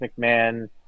McMahon